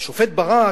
השופט ברק,